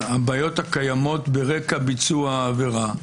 "הבעיות הקיימות ברקע ביצוע העבירה",